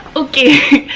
okay,